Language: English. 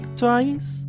twice